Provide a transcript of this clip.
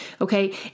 Okay